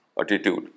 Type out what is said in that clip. attitude